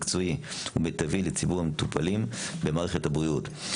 מקצועי ומיטבי לציבור המטופלים במערכת הבריאות.